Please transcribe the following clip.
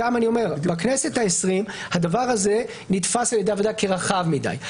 בכנסת העשרים הדבר הזה נתפס על ידי הוועדה כרחב מדי.